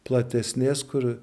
platesnės kur